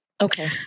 Okay